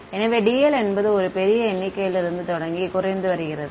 எனவே dl என்பது ஒரு பெரிய எண்ணிக்கையிலிருந்து தொடங்கி குறைந்து வருகிறது